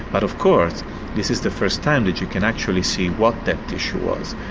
but of course this is the first time that you can actually see what that tissue was.